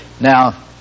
Now